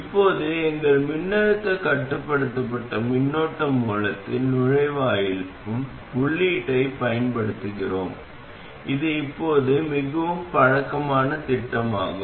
இப்போது எங்கள் மின்னழுத்தக் கட்டுப்படுத்தப்பட்ட மின்னோட்ட மூலத்தில் நுழைவாயிலுக்கு உள்ளீட்டைப் பயன்படுத்துகிறோம் இது இப்போது மிகவும் பழக்கமான திட்டமாகும்